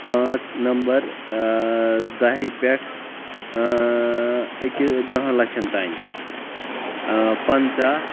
پانژ نمبر اۭں دہہِ پٮ۪ٹھ اۭں اکہِ دہن لچھن تام پنژاہ